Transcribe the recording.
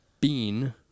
Bean